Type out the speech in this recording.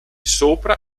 sopra